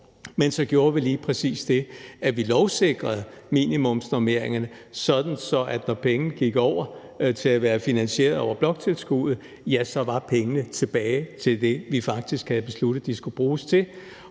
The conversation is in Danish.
men så gjorde vi lige præcis det, at vi lovsikrede minimumsnormeringerne, sådan at når pengene gik over til at være finansieret over bloktilskuddet, så var pengene tilbage til det, vi faktisk havde besluttet, de skulle bruges til.